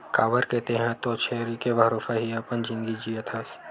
काबर के तेंहा तो छेरी के भरोसा ही अपन जिनगी जियत हस